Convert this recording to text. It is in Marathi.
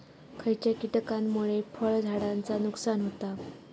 खयच्या किटकांमुळे फळझाडांचा नुकसान होता?